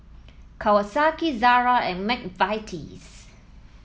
Kawasaki Zara and McVitie's